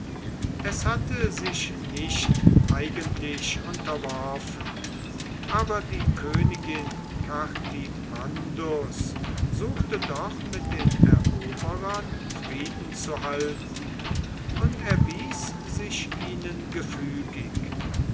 es hatte sich nicht eigentlich unterworfen aber die königin cartimandus suchte doch mit den eroberern frieden zu halten und erwies sich ihnen gefügig